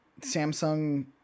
Samsung